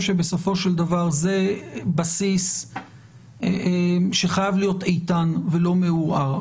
שבסופו של דבר זה בסיס שחייב להיות איתן ולא מעורער.